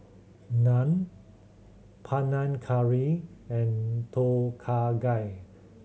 Naan Panang Curry and Tom Kha Gai